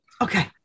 Okay